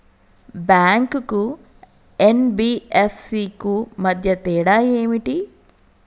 Bank కు NBFC కు మధ్య తేడా ఏమిటి?